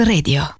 Radio